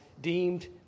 deemed